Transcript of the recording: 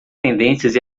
tendências